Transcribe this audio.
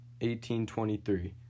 1823